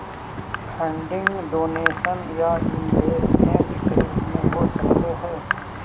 funding donation या investment के रूप में हो सकऽ हई